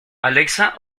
alexa